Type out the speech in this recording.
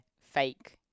fake